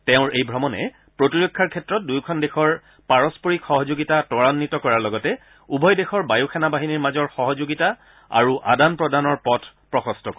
তেওঁৰ এই ভ্ৰমণে প্ৰতিৰক্ষাৰ ক্ষেত্ৰত দূয়োখন দেশৰ পাৰস্পৰিক সহযোগিতা ত্বৰাঘিত কৰাৰ লগতে উভয় দেশৰ বায়ু সেনা বাহিনীৰ মাজৰ সহযোগিতা আৰু আদান প্ৰদানৰ পথ প্ৰশস্ত কৰিব